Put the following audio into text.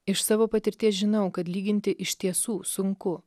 iš savo patirties žinau kad lyginti iš tiesų sunku